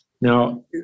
Now